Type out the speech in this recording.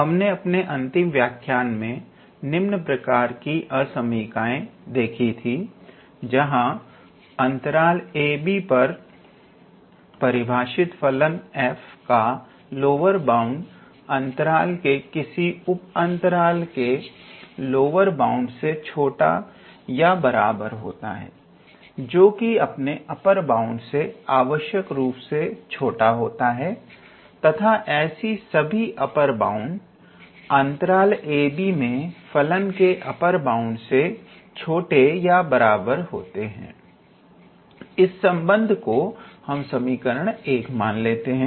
हमने अपने अंतिम व्याख्यान में निम्न प्रकार की असमिकाएँ देखी थी जहां अंतराल abपर परिभाषित फलन f का लोअर बाउंड अंतराल के किसी उप अंतराल के लोअर बाउंड से छोटा या बराबर होता है जोकि अपने अप्पर बाउंड से आवश्यक रूप से छोटा होता है तथा ऐसे सभी अप्पर बाउंड अंतराल ab में फलन के अप्पर बाउंड से छोटे या बराबर होते हैं इस संबंध को समीकरण 1 मान लेते हैं